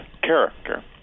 character